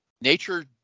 nature